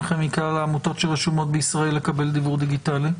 מכלל העמותות הרשומות בישראל שביקשו לקבל דיוור דיגיטלי?